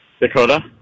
Dakota